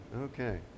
Okay